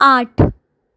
आठ